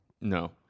No